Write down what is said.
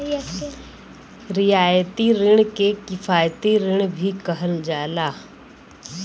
रियायती रिण के किफायती रिण भी कहल जाला